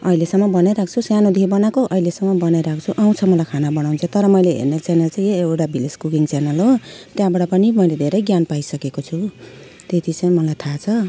अहिलेसम्म बनाइरहेको छु सानोदेखि बनाएको अहिलेसम्म बनाइरहेको छु आउँछ मलाई खाना बनाउनु चाहिँ तर मैले हेर्ने च्यानल चाहिँ एउटा भिलेज कुकिङ च्यानल हो त्यहाँबाट पनि मैले धेरै ज्ञान पाइसकेको छु त्यति चाहिँ मलाई थाहा छ